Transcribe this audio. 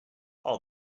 all